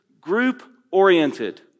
group-oriented